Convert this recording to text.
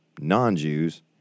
non-Jews